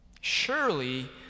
Surely